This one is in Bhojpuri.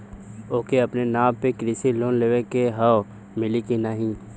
ओके अपने नाव पे कृषि लोन लेवे के हव मिली की ना ही?